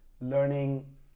learning